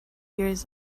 years